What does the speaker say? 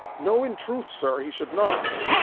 no, in truth, sir, he should not.